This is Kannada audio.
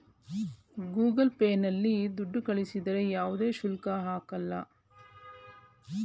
ಗೂಗಲ್ ಪೇ ನಲ್ಲಿ ದುಡ್ಡು ಕಳಿಸಿದರೆ ಯಾವುದೇ ಶುಲ್ಕ ಹಾಕಲ್ಲ